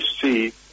see